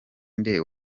nde